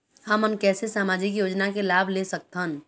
हमन कैसे सामाजिक योजना के लाभ ले सकथन?